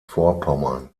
vorpommern